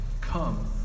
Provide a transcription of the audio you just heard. come